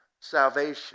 salvation